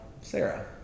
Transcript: Sarah